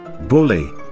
Bully